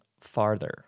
farther